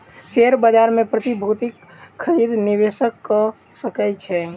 share बाजार मे प्रतिभूतिक खरीद निवेशक कअ सकै छै